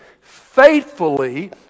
faithfully